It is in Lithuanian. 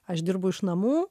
aš dirbu iš namų